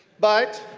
but,